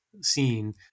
scene